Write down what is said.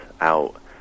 out